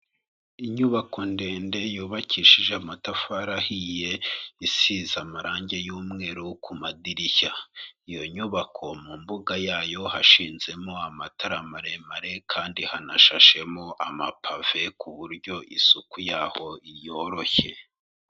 Inyubako ndende yubakishije amatafari ahiye, isize amarange y'umweru ku madirishya, iyo nyubako mu mbuga yayo hashinzemo amatara maremare kandi hanashashemo amapave ku buryo isuku yaho yoroshye.